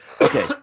okay